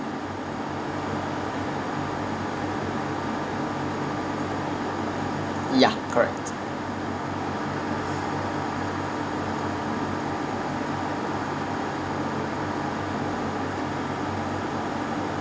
ya correct